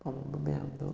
ꯄꯥꯃꯝꯕ ꯃꯌꯥꯝꯗꯣ